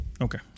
Okay